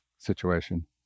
Situation